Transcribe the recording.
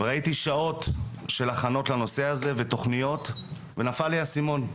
וראיתי שעות של הכנות לנושא הזה ותוכניות ונפל לי האסימון,